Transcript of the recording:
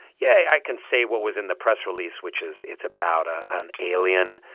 yeah, i can say what was in the press release, which is it's about ah an alien